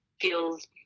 feels